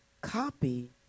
copy